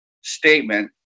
statement